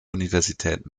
universität